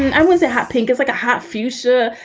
i was a hot pink is like a hot fuchsia.